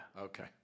Okay